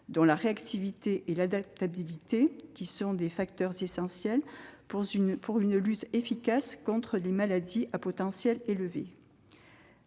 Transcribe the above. dont la réactivité et l'adaptabilité sont essentielles pour une lutte efficace contre les maladies à potentiel élevé.